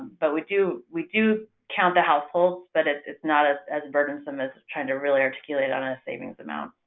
but we do we do count the households but it's it's not as as burdensome as trying to really articulate on a savings amount.